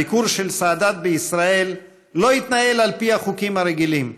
הביקור של סאדאת בישראל לא התנהל על פי החוקים הרגילים,